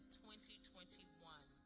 2021